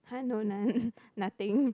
!huh! no none nothing